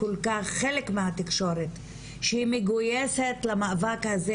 חלק מהתקשורת שהיא מגויסת למאבק הזה,